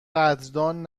قدردان